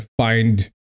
find